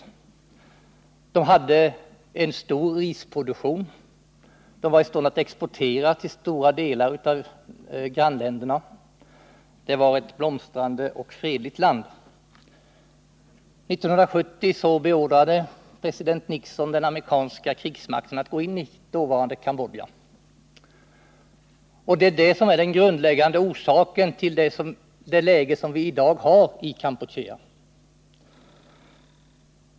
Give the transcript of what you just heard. Landet hade en stor risproduktion och man var i stånd att exportera till stora delar av grannländerna. Kampuchea var ett blomstrande och fredligt land. 1970 beordrade president Nixon den amerikanska krigsmakten att gå in i dåvarande Kambodja. Det är det som är den grundläggande orsaken till det läge som man i dag har i Kampuchea.